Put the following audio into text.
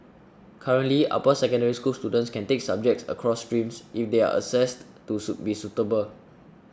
currently upper Secondary School students can take subjects across streams if they are assessed to be suitable